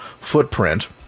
footprint